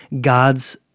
God's